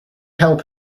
help